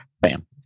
bam